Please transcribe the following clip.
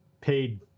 paid